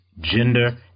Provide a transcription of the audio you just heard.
Gender